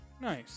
Nice